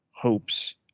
hopes